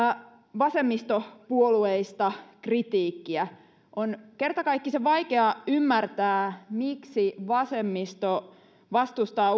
vasemmistopuolueista kritiikkiä on kertakaikkisen vaikeaa ymmärtää miksi vasemmisto vastustaa